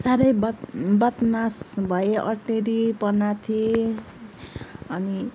साह्रै बद् बदमास भएँ अटेरीपना थिएँ अनि